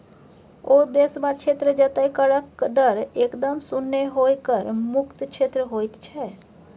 ओ देश वा क्षेत्र जतय करक दर एकदम शुन्य होए कर मुक्त क्षेत्र होइत छै